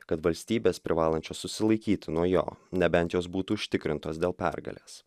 kad valstybės privalančios susilaikyti nuo jo nebent jos būtų užtikrintos dėl pergalės